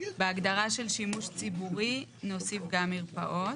בהגדרה של שימוש ציבורי נוסיף גם מרפאות.